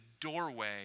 doorway